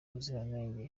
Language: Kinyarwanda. ubuziranenge